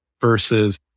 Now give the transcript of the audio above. versus